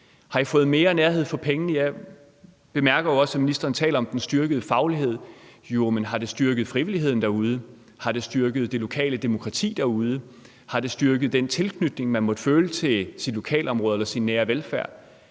Har I fået mere nærhed for pengene? Jeg bemærker jo også, at ministeren taler om den styrkede faglighed. Jo, men har det styrket frivilligheden derude? Har det styrket det lokale demokrati derude? Har det styrket den tilknytning, man måtte føle til sit lokalområde eller sin nære velfærd?